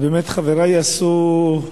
ובאמת חברי עשו,